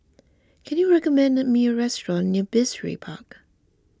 can you recommend me a restaurant near Brizay Park